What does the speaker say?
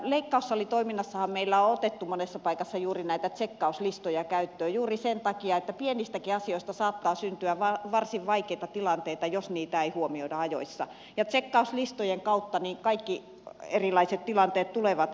leikkaussalitoiminnassahan meillä on otettu monessa paikassa juuri näitä tsekkauslistoja käyttöön juuri sen takia että pienistäkin asioista saattaa syntyä varsin vaikeita tilanteita jos niitä ei huomioida ajoissa ja tsekkauslistojen kautta kaikki erilaiset tilanteet tulevat etukäteen huomioitua